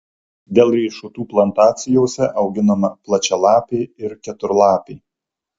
dėl riešutų plantacijose auginama plačialapė ir keturlapė